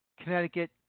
Connecticut